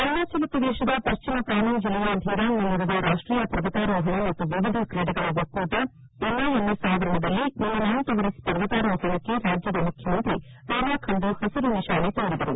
ಅರುಣಾಚಲ ಪ್ರದೇಶದ ಪಶ್ಚಿಮ ಕಾಮೆಂಗ್ ಜಿಲ್ಲೆಯ ಧೀರಾಂಗ್ನಲ್ಲಿರುವ ರಾಷ್ಟೀಯ ಪರ್ವತಾರೋಹಣ ಮತ್ತು ವಿವಿಧ ಕ್ರೀಡೆಗಳ ಒಕ್ಕೂಟ ಎನ್ ಐ ಎಮ್ ಎಸ್ ಆವರಣದಲ್ಲಿ ನಿನ್ನೆ ಮೌಂಟ್ ಎವರೆಸ್ಟ್ ಪರ್ವತಾರೋಹಣಕ್ಕೆ ರಾಜ್ಯದ ಮುಖ್ಯಮಂತ್ರಿ ಪೇಮಾ ಖಂಡು ಹಸಿರು ನಿಶಾನೆ ತೋರಿದರು